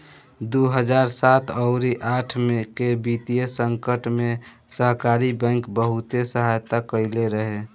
दू हजार सात अउरी आठ के वित्तीय संकट में सहकारी बैंक बहुते सहायता कईले रहे